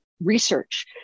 research